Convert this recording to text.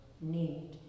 need